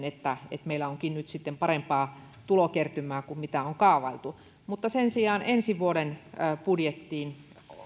että meillä onkin nyt sitten parempaa tulokertymää kuin mitä on kaavailtu sen sijaan ensi vuoden budjettiin